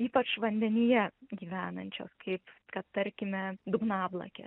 ypač vandenyje gyvenančios kaip kad tarkime dugnablakė